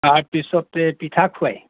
তাৰপিছতে পিঠা খুৱাই